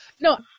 No